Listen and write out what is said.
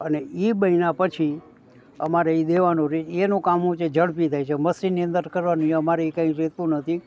અને એ બન્યા પછી અમારે એ દેવાનું રહે એનું કામ હોય છે ઝડપી થાય છે મશીનની અંદર કરવાની એ અમારે કંઈ રહેતું નથી